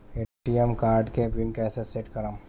ATM card के PIN कैसे set करम?